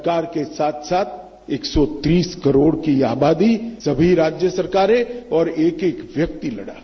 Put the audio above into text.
सरकार के साथ साथ एक सौ तीस करोड़ की यह आबादी सभी राज्य सरकारें और एक एक व्यक्ति लड़ा है